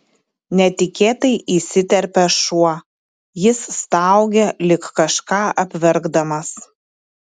netikėtai įsiterpia šuo jis staugia lyg kažką apverkdamas